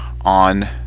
on